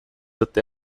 até